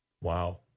Wow